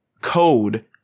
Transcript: code